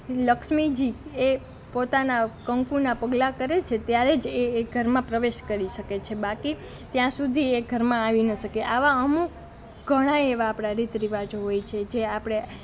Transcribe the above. લક્ષ્મીજી એ પોતાનાં કંકુનાં પગલાં કરે છે ત્યારે જ એ એ ઘરમાં પ્રવેશ કરી શકે છે બાકી ત્યાં સુધી એ ઘરમાં આવી ન શકે આવા અમુક ઘણા એવા આપણા રીત રિવાજો હોય છે જે આપણે